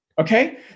Okay